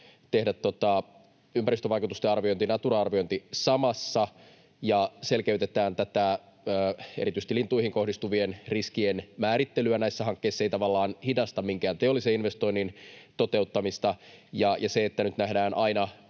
tehdä ympäristövaikutusten arviointi ja Natura-arviointi samassa ja selkeytetään erityisesti lintuihin kohdistuvien riskien määrittelyä näissä hankkeissa. Se ei tavallaan hidasta minkään teollisen investoinnin toteuttamista. Ja se, että nyt nähdään aina